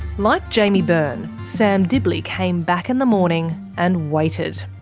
like jaimie byrne, sam dibley came back in the morning and waited.